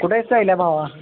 कुठे आहेस सायल्या भावा